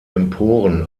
emporen